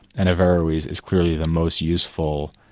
and averroes is clearly the most useful,